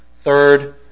Third